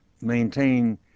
maintain